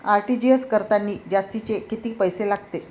RTGS करतांनी जास्तचे कितीक पैसे लागते?